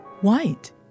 white